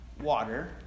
water